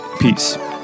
Peace